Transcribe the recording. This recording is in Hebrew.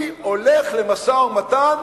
אני הולך למשא-ומתן